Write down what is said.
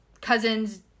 cousin's